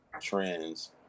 trends